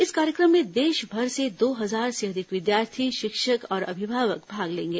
इस कार्यक्रम में देशभर से दो हजार से अधिक विद्यार्थी शिक्षक और अभिभावक भाग लेंगे